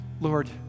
lord